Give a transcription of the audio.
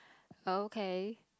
okay